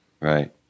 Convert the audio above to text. Right